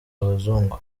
abazungu